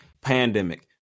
Pandemic